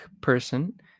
person